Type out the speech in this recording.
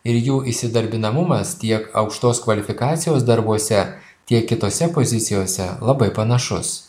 ir jų įsidarbinamumas tiek aukštos kvalifikacijos darbuose tiek kitose pozicijose labai panašus